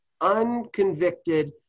unconvicted